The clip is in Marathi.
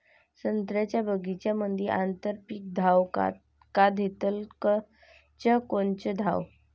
संत्र्याच्या बगीच्यामंदी आंतर पीक घ्याव का घेतलं च कोनचं घ्याव?